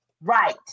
Right